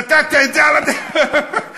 נתת את זה, נתפסת.